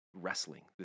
wrestling